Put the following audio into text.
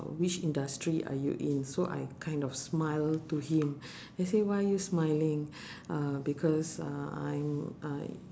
which industry are you in so I kind of smiled to him he say why are you smiling uh because uh I'm I